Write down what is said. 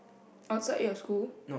outside your school